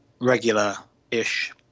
regular-ish